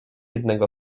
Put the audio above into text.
jednego